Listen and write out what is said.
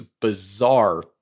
bizarre